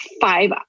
five